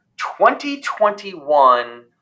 2021